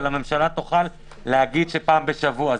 אבל הממשלה תוכל לומר שפעם בשבוע.